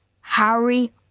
Harry